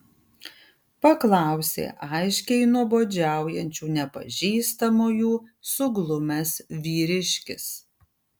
paklausė aiškiai nuobodžiaujančių nepažįstamųjų suglumęs vyriškis